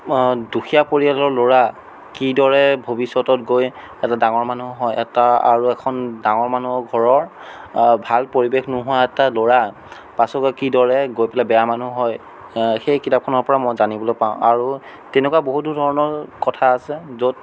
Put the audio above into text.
দুখীয়া পৰিয়ালৰ ল'ৰা কিদৰে ভৱিষ্যতত গৈ এটা ডাঙৰ মানুহ হয় এটা আৰু এখন ডাঙৰ মানুহৰ ঘৰৰ ভাল পৰিৱেশ নোহোৱা এটা ল'ৰা পাছত গৈ দৰে গৈ পেলাই বেয়া মানুহ হয় সেই কিতাপখনৰ পৰা মই জানিবলৈ পাওঁ আৰু তেনেকুৱা বহুতো ধৰণৰ কথা আছে য'ত